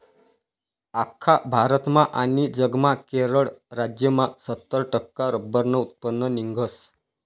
आख्खा भारतमा आनी जगमा केरळ राज्यमा सत्तर टक्का रब्बरनं उत्पन्न निंघस